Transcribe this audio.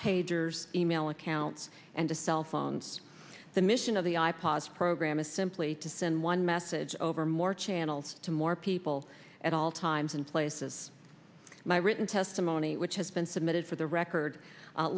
pagers e mail accounts and to cell phones the mission of the i pods program is simply to send one message over more channels to more people at all times and places my written testimony which has been submitted for the record